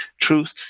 truth